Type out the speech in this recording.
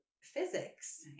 physics